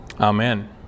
Amen